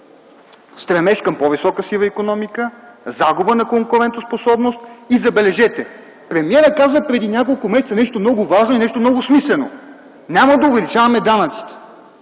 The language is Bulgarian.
стремеж към по-висока сива икономика, загуба на конкурентоспособност, и, забележете нещо друго! Премиерът каза преди няколко месеца нещо много важно и нещо много смислено: ”Няма да увеличаваме данъците!”.